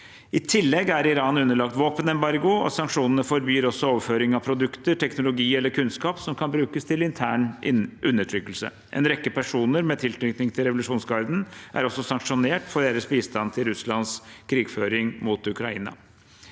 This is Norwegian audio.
I tillegg er Iran underlagt våpenembargo, og sanksjonene forbyr også overføring av produkter, teknologi eller kunnskap som kan brukes til intern undertrykkelse. En rekke personer med tilknytning til revolusjonsgarden er også sanksjonert for sin bistand til Russlands krigføring mot Ukraina.